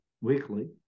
weekly